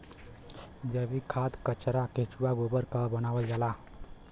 जैविक खाद कचरा केचुआ गोबर क बनावल जाला